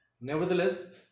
Nevertheless